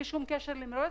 יש